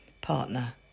partner